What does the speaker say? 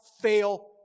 fail